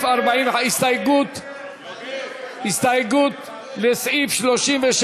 הסתייגות לסעיף 37,